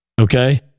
Okay